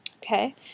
Okay